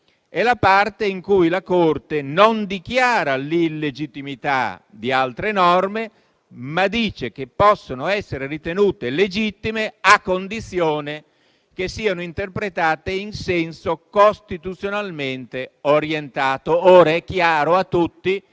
È la parte in cui la Corte non dichiara l'illegittimità di altre norme, ma dice che possono essere ritenute legittime a condizione che siano interpretate in senso costituzionalmente orientato. È chiaro a tutti